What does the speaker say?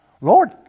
Lord